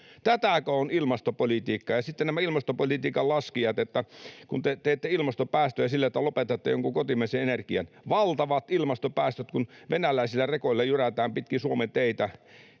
Tätäkö on ilmastopolitiikka? Ja sitten nämä ilmastopolitiikan laskijat: Te teette ilmastopäästöjä silleen, että lopetatte jonkun kotimaisen energian — valtavat ilmastopäästöt, kun venäläisillä rekoilla jyrätään pitkin Suomen teitä.